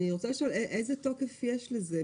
אני רוצה לשאול: איזה תוקף יש לזה?